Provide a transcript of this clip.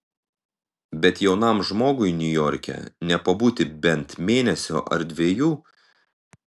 bet jaunam žmogui niujorke nepabūti bent mėnesio ar dviejų